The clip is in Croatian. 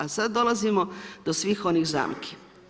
A sad dolazimo do svih ovih zamki.